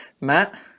Matt